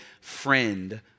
friend